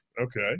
Okay